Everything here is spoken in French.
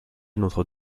notre